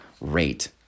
rate